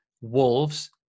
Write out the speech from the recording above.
Wolves